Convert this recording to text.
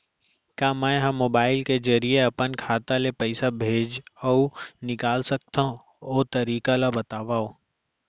का मै ह मोबाइल के जरिए अपन खाता ले पइसा भेज अऊ निकाल सकथों, ओ तरीका ला बतावव?